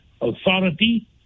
Authority